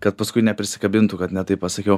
kad paskui neprisikabintų kad ne taip pasakiau